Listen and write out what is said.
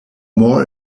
more